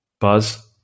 buzz